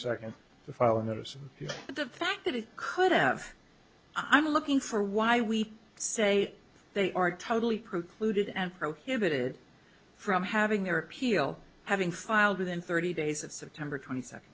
medicine the fact that it could have i'm looking for why we say they are totally precluded and prohibited from having their appeal having filed within thirty days of september twenty second